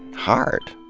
hard.